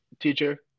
teacher